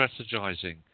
strategizing